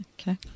Okay